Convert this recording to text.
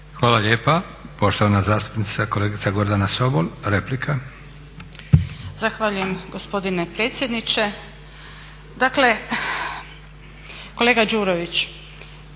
Hvala lijepa. Poštovana zastupnica kolegica Gordana Sobol replika. **Sobol, Gordana (SDP)** Zahvaljujem gospodine predsjedniče. Dakle kolega Đurović,